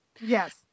yes